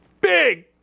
big